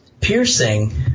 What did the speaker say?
piercing